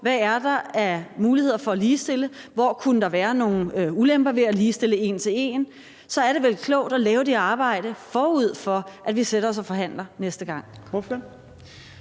hvad der er af muligheder for at ligestille, hvor der kunne være nogle ulemper ved at ligestille en til en – så er det vel klogt at lave det arbejde, forud for at vi sætter os og forhandler næste gang?